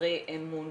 חסרי אמון,